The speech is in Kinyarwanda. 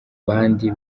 bandi